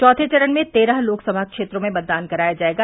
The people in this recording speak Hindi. चौथे चरण में तेरह लोकसभा क्षेत्रों में मतदान कराया जायेगा